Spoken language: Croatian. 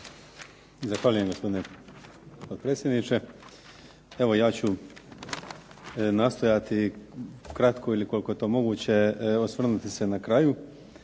Zahvaljujem, gospodine potpredsjedniče. Evo ja ću nastojati kratko ili koliko je to moguće osvrnuti se na kraju.